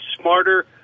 smarter